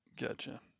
Gotcha